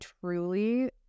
truly